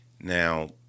Now